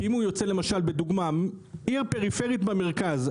כי אם הוא יוצא למשל מעיר פריפרית במרכז,